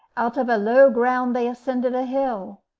out of a low ground they ascended a hill.